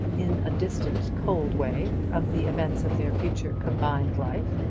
in a distant cold way, of the events of their future combined life.